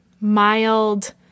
mild